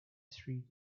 street